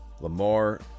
Lamar